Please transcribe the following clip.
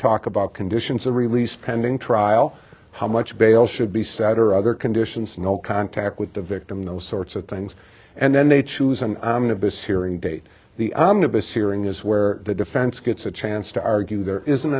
talk about conditions are released pending trial how much bail should be sad or other conditions no contact with the victim those sorts of things and then they choose and i mean of this hearing date the omnibus hearing is where the defense gets a chance to argue there isn't